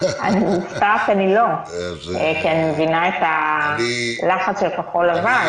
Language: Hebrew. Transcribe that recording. כי אני מבינה את הלחץ של כחול לבן,